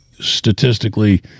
statistically